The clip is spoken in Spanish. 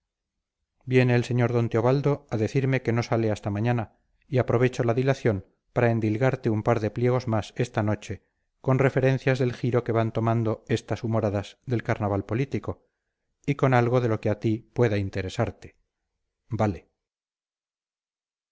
viene el sr d teobaldo a decirme que no sale hasta mañana y aprovecho la dilación para endilgarte un par de pliegos más esta noche con referencias del giro que van tomando estas humoradas del carnaval político y con algo de lo que a ti pueda interesarte vale